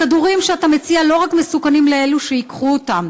הכדורים שאתה מציע לא מסוכנים רק לאלו שייקחו אותם,